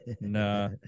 Nah